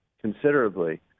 considerably